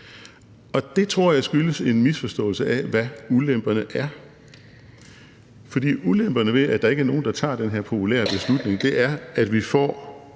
Det tror jeg skyldes en misforståelse af, hvad ulemperne er, fordi ulemperne ved, at der ikke er nogen, der tager den her populære beslutning, er, at vi får